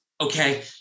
okay